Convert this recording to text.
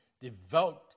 devote